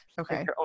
okay